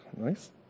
Nice